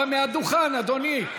מהדוכן, אדוני.